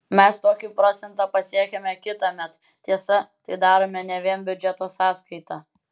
mes tokį procentą pasiekiame kitąmet tiesa tai darome ne vien biudžeto sąskaita